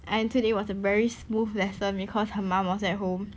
and today was a very smooth lesson because her mum was at home